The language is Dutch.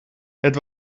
het